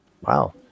wow